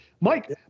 Mike